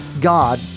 God